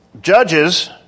judges